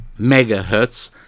megahertz